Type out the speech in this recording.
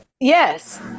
Yes